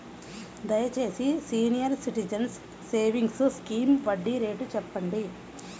దయచేసి senior citizens savings scheme వడ్డీ rate చెప్పండి